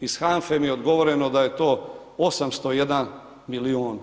Iz HANFA-e mi je odgovoreno da je to 801 milijun